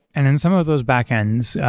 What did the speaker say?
and in some of those backends,